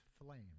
flame